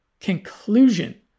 Conclusion